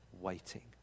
waiting